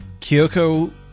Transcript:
Kyoko